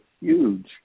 huge